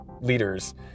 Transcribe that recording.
leaders